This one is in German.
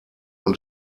und